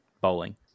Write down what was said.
bowling